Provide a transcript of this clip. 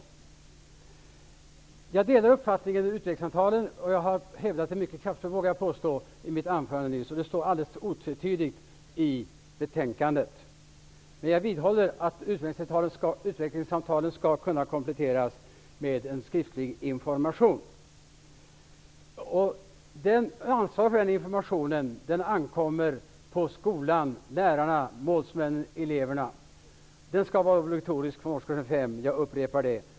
Jag delar Ewa Hedkvist Petersens uppskattning av utvecklingssamtalen, och jag vågar påstå att jag hävdade den uppfattningen mycket kraftfullt i mitt anförande nyss. Den står alldeles otvetydigt formulerad i betänkandet. Men jag vidhåller att utvecklingssamtalen skall kunna kompletteras med en skriftlig information. Ansvaret för den informationen ankommer på skolan, lärarna, målsmännen och eleverna. Den skall vara obligatorisk från årskurs 5 -- jag upprepar det.